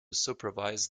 supervise